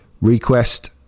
Request